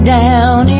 down